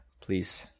please